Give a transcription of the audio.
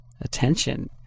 attention